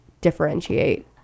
differentiate